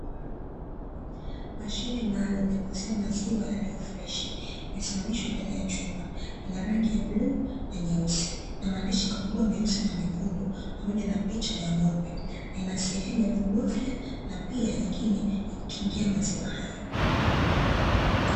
Mashine maalumu ya kuuzia maziwa yaliyo freshi imesimamishwa ndani ya chumba, inarangi bluu na nyeusi na maandishi makubwa meusi na mekundu pamoja na picha ya ng’ombe, na ina sehemu ya kubofya na pia nyingine ya kukingia maziwa hayo.